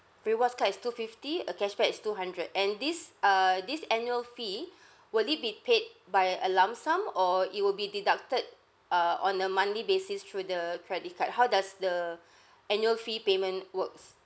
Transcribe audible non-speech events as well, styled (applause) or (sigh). rewards card is two fifty uh cashback is two hundred and this err this annual fee (breath) will it be paid by a lump sum or it will be deducted err on a monthly basis through the credit card how does the (breath) annual fee payment works